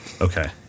Okay